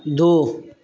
दू